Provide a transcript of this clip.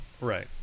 Right